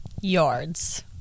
yards